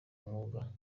umwuga